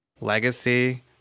legacy